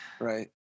Right